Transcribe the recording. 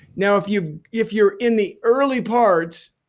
now if you're if you're in the early parts,